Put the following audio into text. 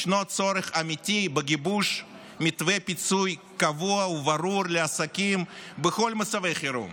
ישנו צורך אמיתי בגיבוש מתווה פיצוי קבוע וברור לעסקים בכל מצבי החירום,